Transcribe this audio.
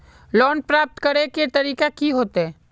Loan प्राप्त करे के तरीका की होते?